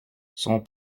son